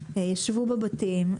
ישבו בבתים.